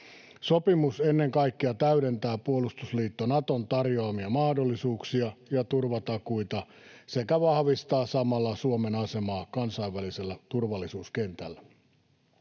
Sopimus ennen kaikkea täydentää puolustusliitto Naton tarjoamia mahdollisuuksia ja turvatakuita sekä vahvistaa samalla Suomen asemaa kansainvälisellä turvallisuuskentällä.